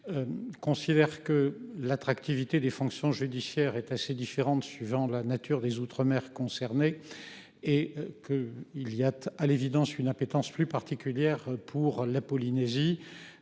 Considère que l'attractivité des fonctions judiciaires est assez différente suivant la nature des Outre-mer concernés et que il y a à l'évidence une appétence plus particulière pour la Polynésie.